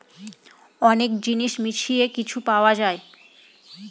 অনেক জিনিস মিশিয়ে কিছু পাওয়া যায়